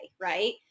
right